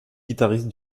guitariste